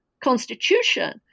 Constitution